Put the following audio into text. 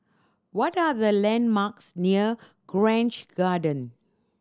what are the landmarks near Grange Garden